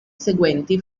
seguenti